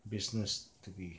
business to be